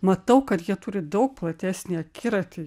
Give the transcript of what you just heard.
matau kad jie turi daug platesnį akiratį